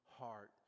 heart